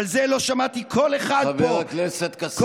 על זה לא שמעתי קול אחד פה,